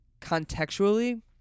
contextually